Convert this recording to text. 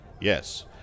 Yes